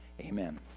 Amen